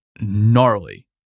gnarly